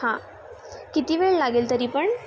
हां किती वेळ लागेल तरी पण